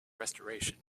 restoration